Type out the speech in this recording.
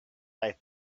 they